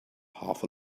half